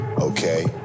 okay